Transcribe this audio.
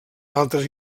altres